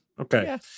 okay